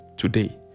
Today